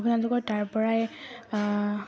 আপোনালোকৰ তাৰ পৰাই